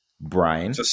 Brian